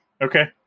Okay